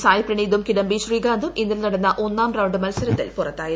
സായ്പ്രണിതും കിടംബി കാന്തും ഇന്നലെ നടന്ന ഒന്നാം റൌണ്ട് മത്സരത്തിൽ പുറത്തായിരുന്നു